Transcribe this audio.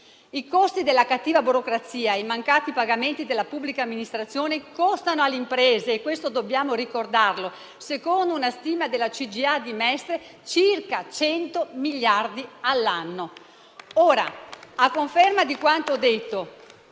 I costi della cattiva burocrazia e i mancati pagamenti della pubblica amministrazione costano alle imprese - questo dobbiamo ricordarlo -, secondo una stima della CGIA di Mestre, circa 100 miliardi all'anno. A conferma di quanto detto,